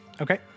Okay